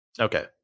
okay